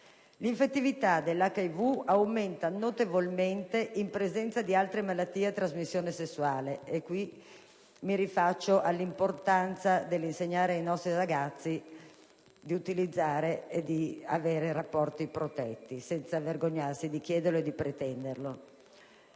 l'infettività dell'HIV aumenta notevolmente in presenza di altre malattie a trasmissione sessuale: mi rifaccio all'importanza di insegnare ai nostri ragazzi di avere rapporti protetti, senza vergognarsi di chiederlo e di pretenderlo.